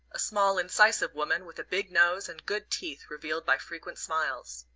a small incisive woman, with a big nose and good teeth revealed by frequent smiles.